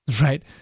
right